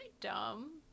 dumb